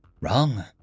Wrong